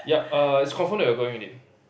yup err it's confirmed that we're going already